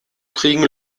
kriegen